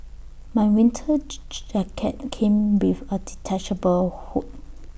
my winter jacket came with A detachable hood